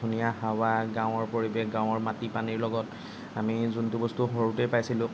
ধুনীয়া হাৱা গাঁৱৰ পৰিৱেশ গাঁৱৰ মাটি পানীৰ লগত আমি যোনটো বস্তু সৰুতে পাইছিলোঁ